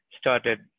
started